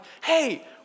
hey